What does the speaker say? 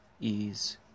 Ease